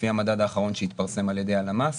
לפי המדד האחרון שהתפרסם על ידי הלמ"ס